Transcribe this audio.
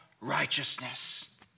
righteousness